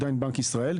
הוא עדיין בנק ישראל,